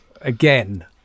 again